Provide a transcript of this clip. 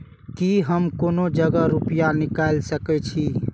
की हम कोनो जगह रूपया निकाल सके छी?